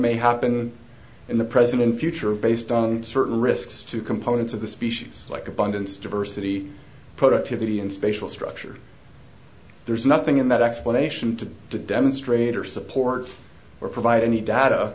may happen in the present and future based on certain risks to components of the species like abundance diversity productivity and spatial structure there's nothing in that explanation to demonstrate or support or provide any data